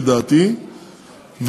לדעתי,